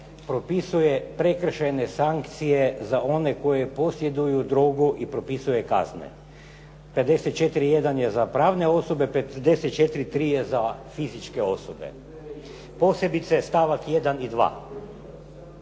propisuje prekršajne sankcije za one koji posjeduju drogu i propisuje kazne. 54. 1. je za pravne osobe, 54. 3. je za fizičke osobe. Posebice stavak 1. i 2.